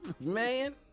man